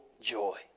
joy